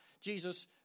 Jesus